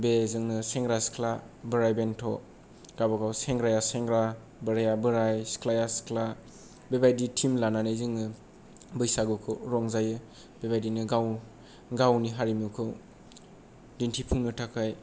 बेजोंनो सेंग्रा सिख्ला बोराय बेन्थ' गावबा गाव सेंग्राया सेंग्रा बोराया बोराय सिख्लाया सिख्ला बेबायदि टिम लानानै जोङो बैसागुखौ रंजायो बेबायदिनो गाव गावनि हारिमुखौ दिन्थिफुंनो थाखाय